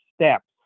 steps